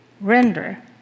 render